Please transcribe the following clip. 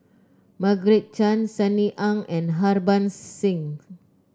Margaret Chan Sunny Ang and Harbans Singh